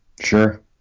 sure